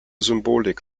symbolik